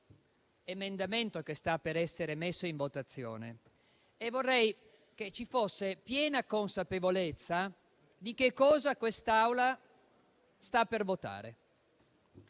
emendamento, che sta per essere messo in votazione, e vorrei che vi fosse piena consapevolezza di cosa quest'Aula sta per votare.